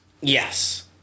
Yes